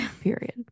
Period